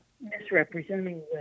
misrepresenting